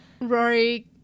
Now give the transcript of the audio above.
Rory